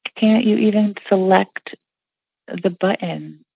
can't you even select the button?